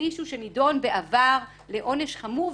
מישהו שנידון בעבר לעונש חמור,